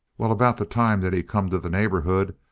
well, about the time that he come to the neighborhood,